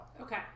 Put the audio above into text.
Okay